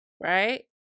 right